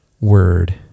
word